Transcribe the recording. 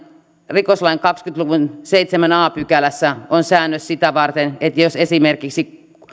rikoslain kahdenkymmenen luvun seitsemännessä a pykälässä on säännös sitä varten jos esimerkiksi